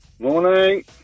Morning